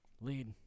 Lead